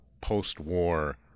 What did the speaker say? post-war